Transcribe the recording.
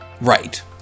Right